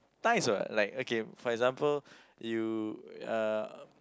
nice what like okay for example you uh